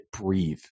breathe